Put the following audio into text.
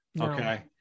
Okay